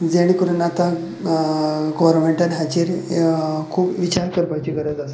जेणे करून आतां गोरमेंटान हाजेर खूब विचार करपाची गरज आसा